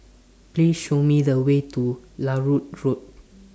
Please Show Me The Way to Larut Road